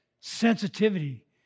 sensitivity